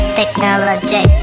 technology